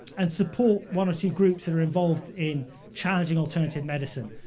and support one or two groups that are involved in challenging alternative medicine.